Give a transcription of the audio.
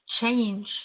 change